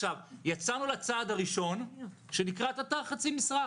יצאנו לצעד הראשון שנקרא תט"ר חצי משרה.